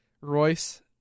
Royce